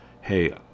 Hey